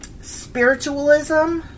spiritualism